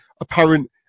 apparent